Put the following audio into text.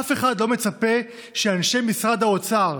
אף אחד לא מצפה שאנשי משרד האוצר,